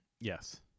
yes